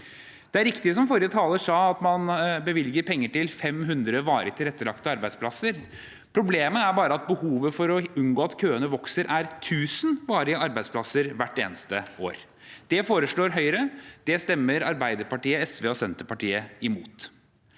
Det er riktig som forrige taler sa, at man bevilger penger til 500 varig tilrettelagte arbeidsplasser. Problemet er bare at behovet – for å unngå at køene vokser – er 1 000 varig tilrettelagte arbeidsplasser hvert eneste år. Det foreslår Høyre. Det stemmer Arbeiderpartiet, SV og Senterpartiet imot.